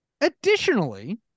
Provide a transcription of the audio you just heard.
Additionally